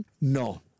No